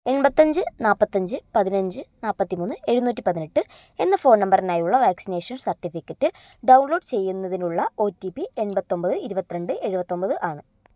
എൺപത്തഞ്ച് നാൽപ്പത്തഞ്ച് പതിനഞ്ച് നാല്പത്തിമൂന്ന് എഴുന്നൂറ്റിപതിനെട്ട് എന്ന ഫോൺ നമ്പറിനായുള്ള വാക്സിനേഷൻ സർട്ടിഫിക്കറ്റ് ഡൗൺലോഡ് ചെയ്യുന്നതിനുള്ള ഓ ടി പി എൺപത്തൊമ്പത് ഇരുപത്തിരണ്ട് എഴുപത്തൊമ്പത് ആണ്